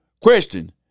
Question